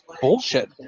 bullshit